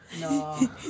No